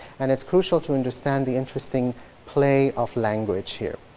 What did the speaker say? and it's crucial to understand the interesting play of language here.